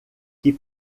que